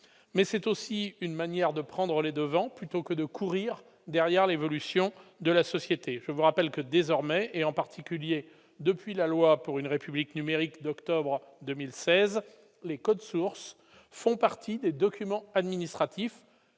mais c'est aussi une manière de prendre les devants plutôt que de courir derrière l'évolution de la société, je vous rappelle que, désormais, et en particulier depuis la loi pour une République numérique d'octobre 2016 les codes sources font partie des documents administratifs